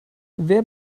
wer